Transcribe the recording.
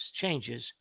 changes